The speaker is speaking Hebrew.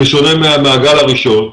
בשונה מהגל הראשון,